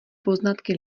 poznatky